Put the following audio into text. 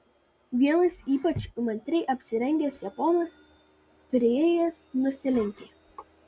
vienas ypač įmantriai apsirengęs japonas priėjęs nusilenkė